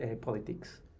politics